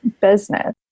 business